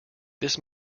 this